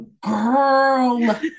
girl